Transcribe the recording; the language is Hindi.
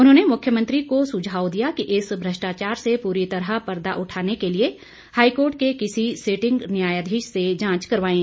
उन्होंने मुख्यमंत्री को सुझाव दिया कि इस भ्रष्टाचार से पूरी तरह पर्दा उठाने के लिए हाईकोर्ट के किसी सीटिंग न्यायाधीश से जांच करवाएं